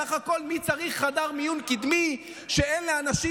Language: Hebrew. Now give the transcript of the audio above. סך הכול מי צריך חדר מיון קדמי כשאין לאנשים